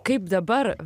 kaip dabar